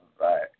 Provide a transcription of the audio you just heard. right